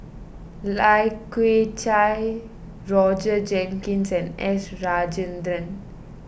Lai Kew Chai Roger Jenkins and S Rajendran